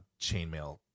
Chainmail